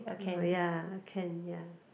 ya can ya